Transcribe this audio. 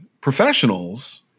professionals